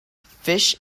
fish